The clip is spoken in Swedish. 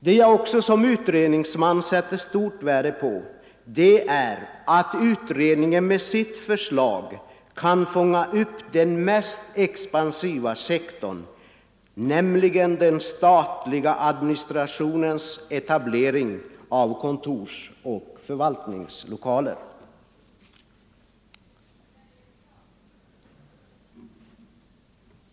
Det jag också som utredningsman sätter stort värde på är att utredningen med sitt förslag kan fånga upp den mest expansiva sektorn, nämligen den statliga administrationens etablering av kontorsoch förvaltningslokaler.